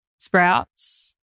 sprouts